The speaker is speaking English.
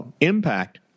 impact